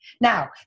Now